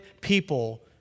people